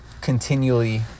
continually